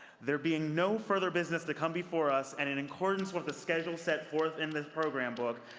there being no further business to come before us, and in accordance with the schedule set forth in this program book,